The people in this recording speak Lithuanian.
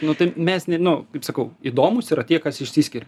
nu tai mes ne nu kaip sakau įdomūs yra tie kas išsiskiria